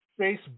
facebook